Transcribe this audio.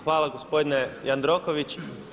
Hvala gospodine Jandroković.